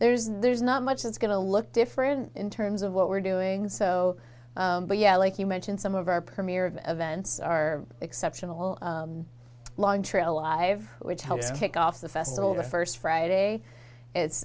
there's there's not much it's going to look different in terms of what we're doing so but yeah like you mentioned some of our premiere of events are exceptional long trail live which helps kick off the festival the first friday it's